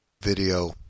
Video